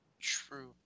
True